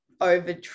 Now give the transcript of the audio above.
over